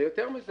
ויותר מזה,